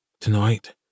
Tonight